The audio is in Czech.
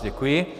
Děkuji.